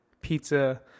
pizza